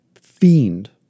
fiend